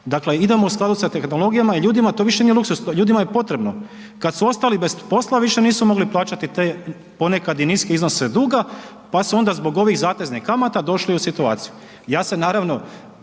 dakle, idemo u skladu sa tehnologijama i ljudima to više nije luksuz, ljudima je potrebno. Kad su ostali bez posla, više nisu mogli plaćati te ponekad i niske iznose duga, pa se onda zbog ovih zateznih kamata došli u situaciju.